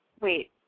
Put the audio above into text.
Wait